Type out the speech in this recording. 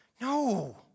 No